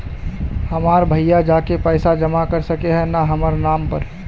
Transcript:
हमर भैया जाके पैसा जमा कर सके है न हमर नाम पर?